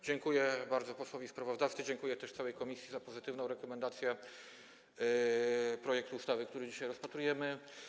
Dziękuję bardzo posłowi sprawozdawcy, dziękuję też całej komisji za pozytywną rekomendację projektu ustawy, który dzisiaj rozpatrujemy.